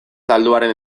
zalduaren